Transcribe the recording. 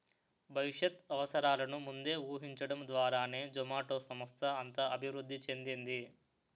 భవిష్యత్ అవసరాలను ముందే ఊహించడం ద్వారానే జొమాటో సంస్థ అంత అభివృద్ధి చెందింది